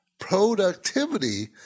Productivity